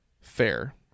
fair